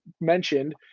mentioned